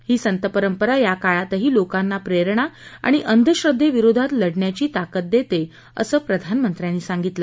ही संतपरंपरा या काळातही लोकांना प्रेरणा आणि अंधश्रद्देविरोधात लढण्याची ताकद देते असं प्रधानमंत्र्यांनी सांगितलं